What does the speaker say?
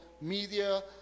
media